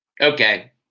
Okay